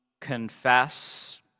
confess